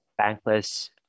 bankless